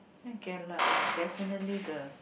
k lah ya definitely the